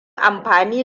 amfani